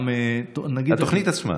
התוכנית עצמה.